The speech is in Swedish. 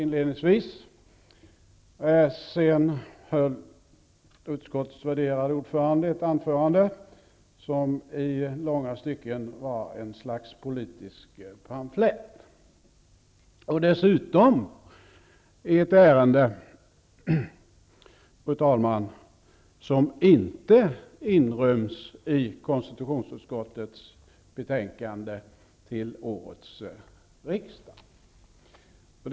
Sedan höll utskottets värderade ordförande ett anförande som i långa stycken var ett slags politisk pamflett, dessutom i ett ärende, fru talman, som inte inryms i konstitutionsutskottets granskningsbetänkande till årets riksmöte.